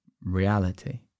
reality